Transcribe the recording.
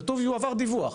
כתוב "יועבר דיווח".